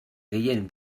gehien